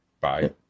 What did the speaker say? bye